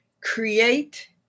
create